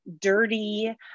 dirty